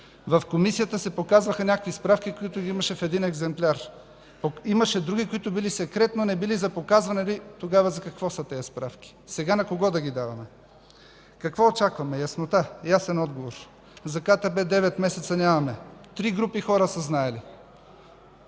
В Комисията се показаха някакви справки, които ги имаше в един екземпляр, а имаше други, които били секретни – не били за показване. Тогава за какво са тези справки? Сега на кого да ги даваме? Какво очакваме? Яснота, ясен отговор! За КТБ – девет месеца нямаме. Три групи хора са знаели